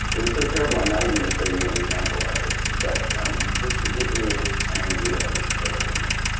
it was so terrible i'm not even going to show you an example of it, but just to give you an idea of it's terrible-ness,